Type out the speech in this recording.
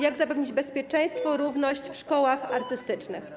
Jak zapewnić bezpieczeństwo, równość w szkołach artystycznych?